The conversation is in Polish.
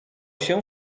się